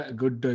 good